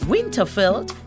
Winterfeld